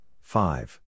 five